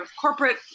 corporate